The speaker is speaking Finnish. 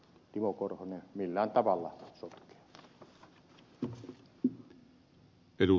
timo korhonen millään tavalla sotkea